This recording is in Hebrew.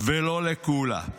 ולא לקולא.